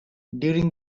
during